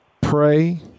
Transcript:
Pray